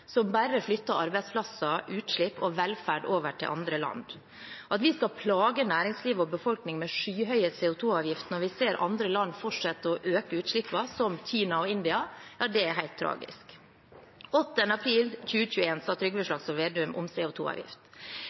som bare flytter arbeidsplasser, utslipp og velferd over til andre land. At vi skal plage næringslivet og befolkningen med skyhøye CO 2 -avgifter når vi ser andre land, som Kina og India, fortsette med å øke utslippene, er helt tragisk. Den 8. april 2021 sa Trygve Slagsvold Vedum om